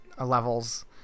levels